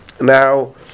Now